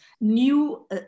new